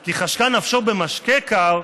כי חשקה נפשו במשקה קר,